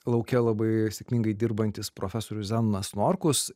lauke labai sėkmingai dirbantis profesorius zenonas norkus